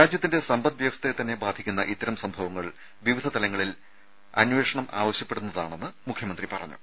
രാജ്യത്തിന്റെ സമ്പദ് വ്യവസ്ഥയെ തന്നെ ബാധിക്കുന്ന ഇത്തരം സംഭവങ്ങൾ വിവിധ തലങ്ങളിൽ അന്വേഷണം ആവശ്യപ്പെടുന്നതാണെന്ന് മുഖ്യമന്ത്രി പറഞ്ഞു